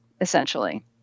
essentially